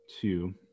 two